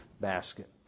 basket